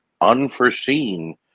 unforeseen